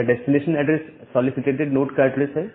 यह destination address solicited node का address है